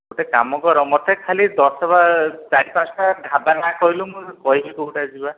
ଗୋଟେ କାମ କର ମୋତେ ଖାଲି ଦଶ ବାର ଚାରି ପାଞ୍ଚଟା ଢ଼ାବା ନାଁ କହିଲୁ ମୁଁ କହିବି କେଉଁଟା ଯିବା